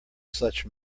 such